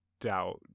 doubt